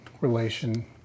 relation